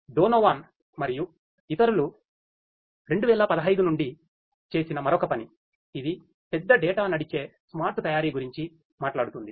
Donovan మరియు ఇతరులు 2015 నుండి చేసిన మరొక పని ఇది పెద్ద డేటా నడిచే స్మార్ట్ తయారీ గురించి మాట్లాడుతుంది